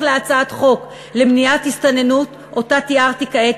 להצעת חוק למניעת הסתננות שאותה תיארתי כעת,